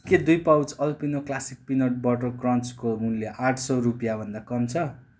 के दुई pouch Alpino classic peanut butter क्रन्चको मूल्य आठ सौ रुपियाँभन्दा कम छ